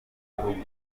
ibihugu